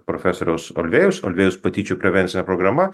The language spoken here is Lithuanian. profesoriaus olvėjaus olvėjaus patyčių prevencinė programa